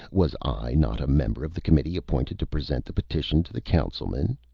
was i not a member of the committee appointed to present the petition to the councilmen?